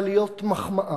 להיות בכלל מחמאה,